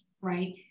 right